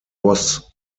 was